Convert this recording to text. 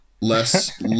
less